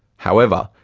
however,